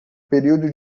período